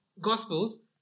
Gospels